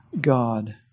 God